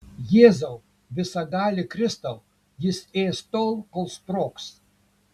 jėzau visagali kristau jis ės tol kol sprogs